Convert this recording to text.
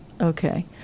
Okay